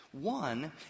One